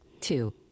Two